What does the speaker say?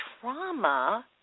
trauma